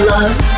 Love